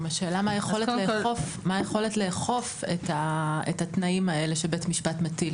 גם השאלה מה היכולת לאכוף את התנאים האלה שבית המשפט מטיל,